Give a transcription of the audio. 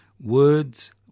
Words